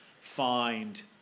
find